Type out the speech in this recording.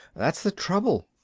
that's the trouble.